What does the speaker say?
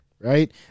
right